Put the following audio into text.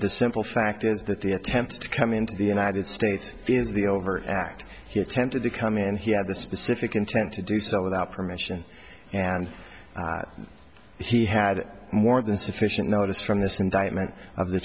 the simple fact is that the attempts to come into the united states is the overt act he attempted to come in and he had the specific intent to do so without permission and he had more than sufficient notice from this indictment of the